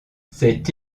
cette